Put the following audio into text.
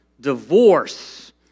divorce